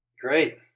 Great